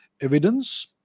evidence